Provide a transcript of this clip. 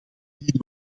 dienen